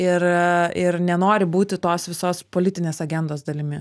ir ir nenori būti tos visos politinės agendos dalimi